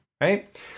right